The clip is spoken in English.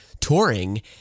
touring